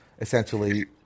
essentially